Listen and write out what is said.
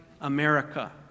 America